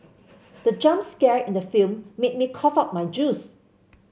the jump scare in the film made me cough out my juice